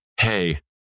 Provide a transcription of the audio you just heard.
hey